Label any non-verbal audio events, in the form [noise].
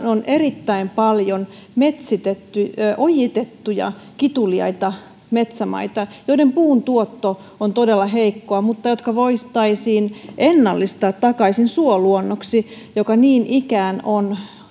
[unintelligible] on erittäin paljon ojitettuja kituliaita metsämaita joiden puun tuotto on todella heikkoa mutta jotka voitaisiin ennallistaa takaisin suoluonnoksi joka niin ikään on